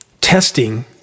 testing